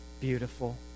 beautiful